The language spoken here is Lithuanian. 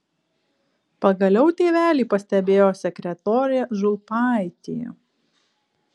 pagaliau tėvelį pastebėjo sekretorė žulpaitė